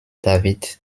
david